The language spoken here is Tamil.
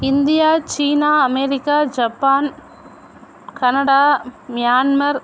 இந்தியா சீனா அமெரிக்கா ஜப்பான் கனடா மியான்மர்